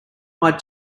white